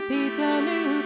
Peterloo